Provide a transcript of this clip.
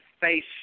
face